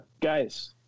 Guys